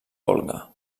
volga